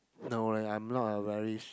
no leh I'm not a very